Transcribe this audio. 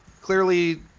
clearly